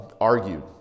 argued